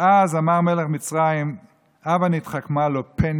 ואז אמר מלך מצרים: "הבה נתחכמה לו פן